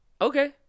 Okay